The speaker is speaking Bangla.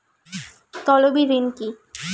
তলবি ঋণ কি?